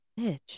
Bitch